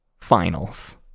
finals